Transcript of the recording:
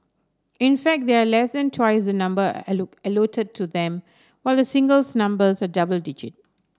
in fact they are less than twice the number to them while the singles numbers are double digit